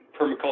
permaculture